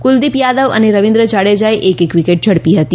કુલદિપ યાદવ અને રવિન્દ્ર જાડેજાએ એક એક વિકેટ ઝડપી હતી